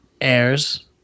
Airs